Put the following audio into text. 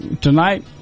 tonight